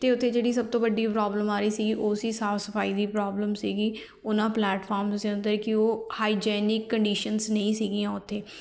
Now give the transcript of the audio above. ਅਤੇ ਉੱਥੇ ਜਿਹੜੀ ਸਭ ਤੋਂ ਵੱਡੀ ਪ੍ਰੋਬਲਮ ਆ ਰਹੀ ਸੀ ਉਸ ਸਾਫ ਸਫਾਈ ਦੀ ਪ੍ਰੋਬਲਮ ਸੀਗੀ ਉਹਨਾਂ ਪਲੈਟਫਾਮਸ ਦੇ ਉੱਤੇ ਕਿ ਉਹ ਹਾਈਜੈਨਿਕ ਕੰਡੀਸ਼ਨਸ ਨਹੀਂ ਸੀਗੀਆਂ ਉੱਥੇ